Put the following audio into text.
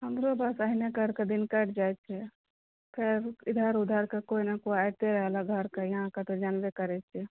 हमरो बस एहिने करके दिन कटि जाइ छै फेर ईधर ऊधर कऽ कोइ ने कोइ अबिते रहल घरके यहाँ के तऽ जानबे करै छी